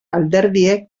alderdiek